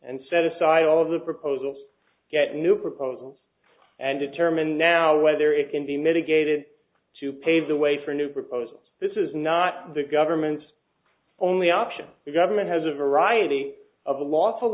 and set aside all of the proposals get new proposals and determine now whether it can be mitigated to pave the way for new proposals this is not the government's only option the government has a variety of a lot of